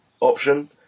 option